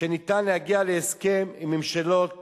ניתן להגיע להסכם עם ממשלות